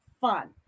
fun